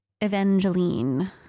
Evangeline